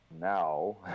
now